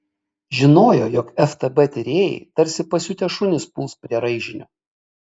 žinojo jog ftb tyrėjai tarsi pasiutę šunys puls prie raižinio